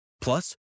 Plus